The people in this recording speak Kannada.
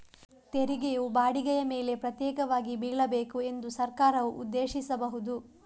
ತೆರಿಗೆಯು ಬಾಡಿಗೆಯ ಮೇಲೆ ಪ್ರತ್ಯೇಕವಾಗಿ ಬೀಳಬೇಕು ಎಂದು ಸರ್ಕಾರವು ಉದ್ದೇಶಿಸಬಹುದು